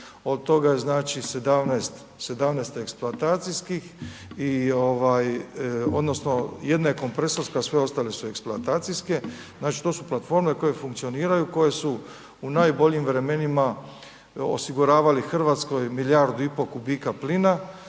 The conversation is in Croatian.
Od toga znači 17 eksploatacijskih odnosno jedna je kompresorska, a sve ostale su eksploatacijske. Znači, to su platforme koje funkcioniraju koje su u najboljim vremenima osiguravali Hrvatskoj milijardu i pol kubika plina